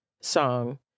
song